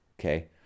Okay